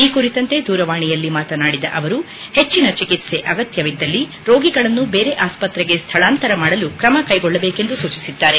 ಈ ಕುರಿಂತೆ ದೂರವಾಣಿಯಲ್ಲಿ ಮಾತನಾಡಿದ ಅವರು ಹೆಚ್ಚಿನ ಚಿಕಿತ್ಸೆ ಅಗತ್ಯವಿದ್ದಲ್ಲಿ ರೋಗಿಗಳನ್ನು ಬೇರೆ ಆಸ್ಪತ್ರೆಗೆ ಸ್ಥಳಾಂತರ ಮಾಡಲು ಕ್ರಮ ಕೈಗೊಳ್ಳಬೇಕೆಂದು ಸೂಚಿಸಿದ್ದಾರೆ